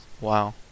Wow